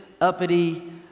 uppity